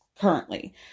currently